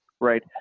right